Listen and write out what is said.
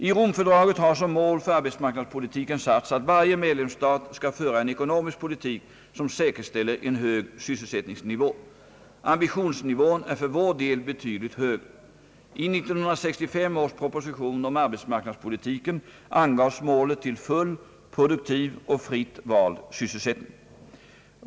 I Romfördraget har som mål för arbetsmarknadspolitiken satts att varje medlemsstat skall föra en ekonomisk politik som säkerställer en hög sysselsättningsnivå. Ambitionsnivån är för vår del betydligt högre. I 1965 års proposition om arbetsmarknadspolitiken angavs målet till full, produktiv och fritt vald sysselsättning.